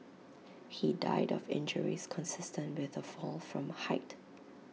he died of injuries consistent with A fall from height